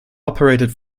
operated